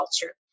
culture